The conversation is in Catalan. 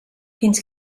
fins